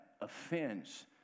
offense